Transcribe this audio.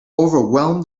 overwhelmed